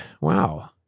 wow